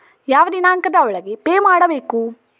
ಯಾವ ದಿನಾಂಕದ ಒಳಗೆ ಪೇ ಮಾಡಬೇಕು?